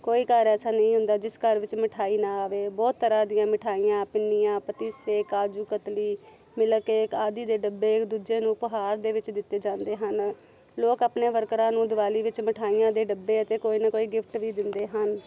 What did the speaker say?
ਕੋਈ ਘਰ ਐਸਾ ਨਹੀਂ ਹੁੰਦਾ ਜਿਸ ਘਰ ਵਿੱਚ ਮਿਠਾਈ ਨਾ ਆਵੇ ਬਹੁਤ ਤਰ੍ਹਾਂ ਦੀਆਂ ਮਿਠਾਈਆਂ ਪਿੰਨੀਆਂ ਪਤੀਸੇ ਕਾਜੂ ਕਤਲੀ ਮਿਲਕ ਕੇਕ ਆਦਿ ਦੇ ਡੱਬੇ ਇੱਕ ਦੂਜੇ ਨੂੰ ਉਪਹਾਰ ਦੇ ਵਿੱਚ ਦਿੱਤੇ ਜਾਂਦੇ ਹਨ ਲੋਕ ਆਪਣੇ ਵਰਕਰਾਂ ਨੂੰ ਦਿਵਾਲੀ ਵਿੱਚ ਮਿਠਾਈਆਂ ਦੇ ਡੱਬੇ ਅਤੇ ਕੋਈ ਨਾ ਕੋਈ ਗਿਫਟ ਵੀ ਦਿੰਦੇ ਹਨ